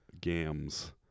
gams